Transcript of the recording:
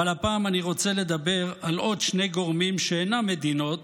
אבל הפעם אני רוצה לדבר על עוד שני גורמים שאינם מדינות